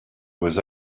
was